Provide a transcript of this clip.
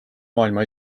maailma